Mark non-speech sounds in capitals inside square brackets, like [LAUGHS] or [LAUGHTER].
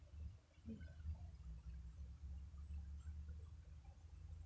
[LAUGHS]